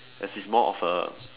as in more of a